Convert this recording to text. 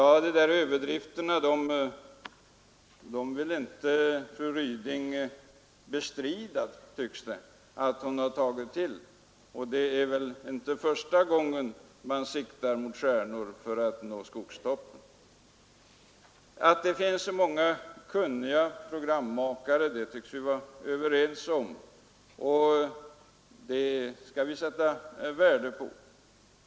Att fru Ryding tog till överdrifter tycks hon inte vilja bestrida, och det är väl inte första gången man siktar mot stjärnorna för att nå trädtopparna. Att det finns många kunniga programmakare tycks vi vara överens om, och det skall vi sätta värde på.